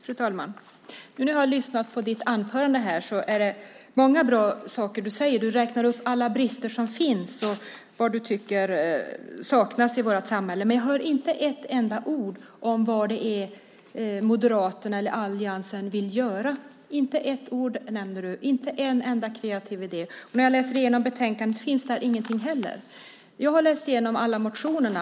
Fru talman! Vi har nu lyssnat på Marianne Kierkemanns anförande, och det är många bra saker som hon säger. Du räknar upp alla brister som finns och vad du tycker saknas i vårt samhälle. Men jag hör inte ett enda ord om vad Moderaterna eller alliansen vill göra. Du nämner det inte med ett ord och har inte en enda kreativ idé. När jag läser igenom betänkandet finns där heller ingenting. Jag har läst igenom alla motionerna.